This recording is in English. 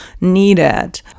needed